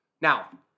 Now